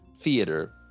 theater